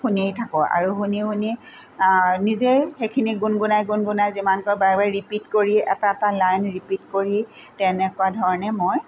শুনিয়ে থাকোঁ আৰু শুনি শুনি নিজেই সেইখিনি গুণগুণাই গুণগুণাই যিমান পাৰোঁ বাৰে বাৰে ৰিপিট কৰি এটা এটা লাইন ৰিপিট কৰি তেনেকুৱা ধৰণে মই